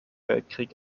weltkrieg